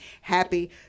happy